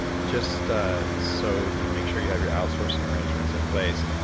just so you make sure you have your outsourcing arrangements in place,